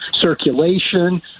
circulation